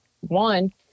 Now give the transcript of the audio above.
one